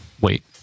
Wait